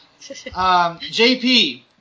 JP